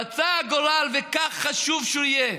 רצה הגורל, וכך חשוב שזה יהיה,